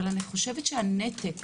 אני חושבת שהנתק